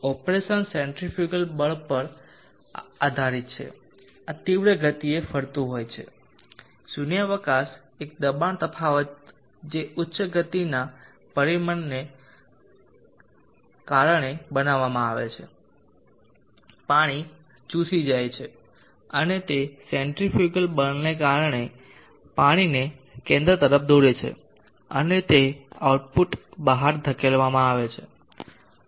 operation centrifugal બળ પર આધારિત છે આ તીવ્ર ગતિએ ફરતું હોય છે શૂન્યાવકાશ એક દબાણ તફાવત જે ઉચ્ચ ગતિના પરિભ્રમણને કારણે બનાવવામાં આવે છે પાણી ચૂસી જાય છે અને તે સેન્ટ્રીફ્યુગલ બળને કારણે પાણીને કેન્દ્ર તરફ દોરે છે અને તે આઉટલેટ બહાર ધકેલવામાં આવે છે